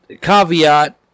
caveat